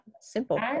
Simple